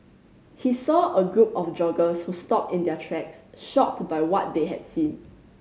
he saw a group of joggers who stopped in their tracks shocked by what they had seen